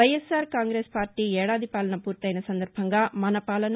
YSR Congress party ఏడాది పాలన పూరైన సందర్భంగా మన పాలన